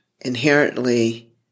inherently